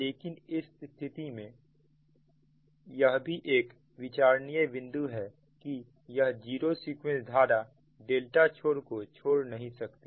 लेकिन इस स्थिति में यह भी एक विचारणीय बिंदु है कि यह जीरो सीक्वेंस धारा डेल्टा छोर को छोड़ नहीं सकती